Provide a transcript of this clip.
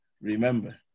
remember